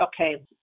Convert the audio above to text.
okay